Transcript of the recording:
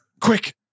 quick